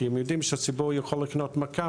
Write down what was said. כי הם יודעים שהציבור יכול לקנות מק"מ